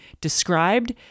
Described